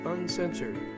Uncensored